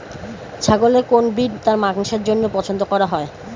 ছাগলের কোন ব্রিড তার মাংসের জন্য পছন্দ করা হয়?